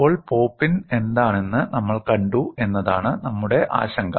ഇപ്പോൾ pop in എന്താണെന്ന് നമ്മൾ കണ്ടു എന്നതാണ് നമ്മുടെ ആശങ്ക